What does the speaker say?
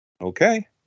Okay